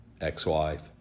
ex-wife